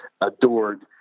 adored